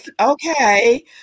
okay